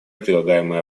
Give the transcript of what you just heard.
прилагаемые